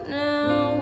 now